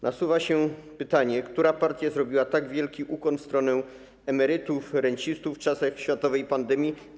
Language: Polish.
Nasuwa się pytanie: Która partia zrobiła tak wielki ukłon w stronę emerytów i rencistów w czasach światowej pandemii?